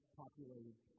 populated